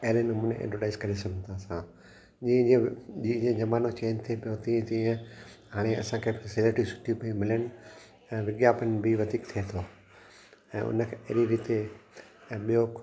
अहिड़े नमूने एडवरटाइज करे सघूं था असां जीअं जीअं जीअं जीअं ज़मानो चेंज थिए पियो तीअं तीअं हाणे असांखे फ़ेसिलिटियूं सुठियूं पई मिलनि ऐं विज्ञापन बि वधीक थिए थो ऐं उन खे अहिड़ी रीति ऐं ॿियो